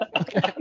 Okay